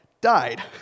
died